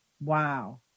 Wow